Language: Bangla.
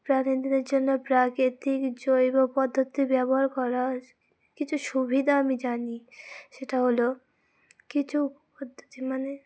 প্রাণীদের জন্য প্রাকৃতিক জৈব পদ্ধতি ব্যবহার করার কিছু সুবিধা আমি জানি সেটা হলো কিছু পদ্ধতি মানে